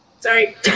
Sorry